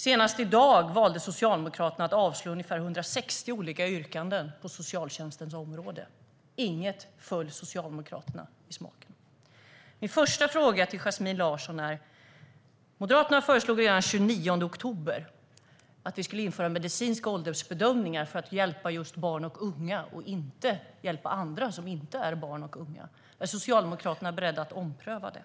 Senast i dag valde Socialdemokraterna att avslå ungefär 160 olika yrkanden på socialtjänstens område. Inget föll Socialdemokraterna i smaken. Jag har en första fråga till Yasmine Larsson. Moderaterna föreslog redan den 29 oktober att vi skulle införa medicinska åldersbedömningar för att hjälpa just barn och unga och inte hjälpa andra som inte är barn och unga. Är Socialdemokraterna beredda att ompröva det?